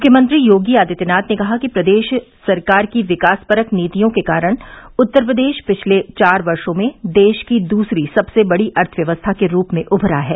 मुख्यमंत्री योगी आदित्यनाथ ने कहा कि प्रदेश सरकार की विकासपरक नीतियों के कारण उत्तर प्रदेश पिछले चार वर्षो में देश की दूसरी सबसे बड़ी अर्थव्यवस्था के रूप में उभरा है